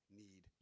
need